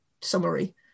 summary